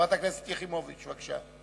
חברת הכנסת יחימוביץ, בבקשה.